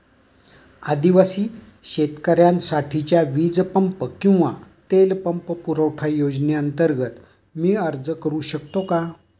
आदिवासी शेतकऱ्यांसाठीच्या वीज पंप किंवा तेल पंप पुरवठा योजनेअंतर्गत मी अर्ज करू शकतो का?